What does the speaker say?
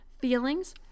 feelings